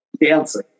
dancing